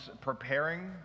preparing